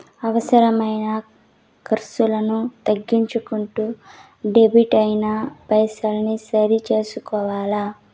అవసరమైన కర్సులను తగ్గించుకుంటూ కెడిట్ అయిన పైసల్ని సరి సూసుకోవల్ల